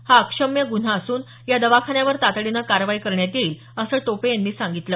हा अक्षम्य गुन्हा असून या दवाखान्यावर तातडीनं कारवाई करण्यात येईल असं टोपे यांनी सांगितलं